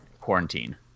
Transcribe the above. quarantine